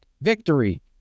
victory